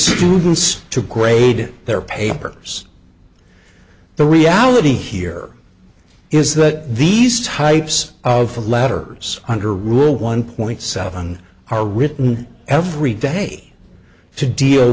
movements to grade their papers the reality here is that these types of letters under rule one point seven are written every day to deal